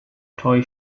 toy